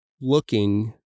looking